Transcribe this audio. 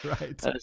Right